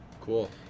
Cool